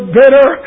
bitter